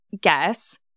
guess